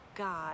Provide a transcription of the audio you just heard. God